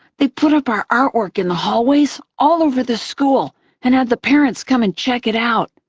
they put up our artwork in the hallways all over the school and had the parents come and check it out.